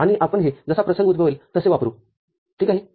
आणि आपण हे जसा प्रसंग उदभवेल तसे वापरु ठीक आहे